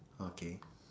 okay